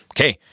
Okay